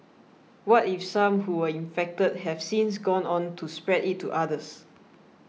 what if some who were infected have since gone on to spread it to others